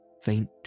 faint